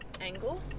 angle